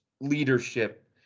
leadership